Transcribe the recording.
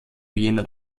jener